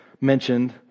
mentioned